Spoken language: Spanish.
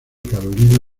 carolina